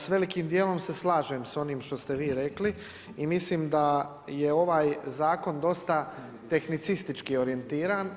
Sa velikim dijelom se slažem sa onim što ste vi rekli i mislim da je ovaj zakon dosta tehnicistički orijentiran.